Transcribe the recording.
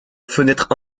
fenêtre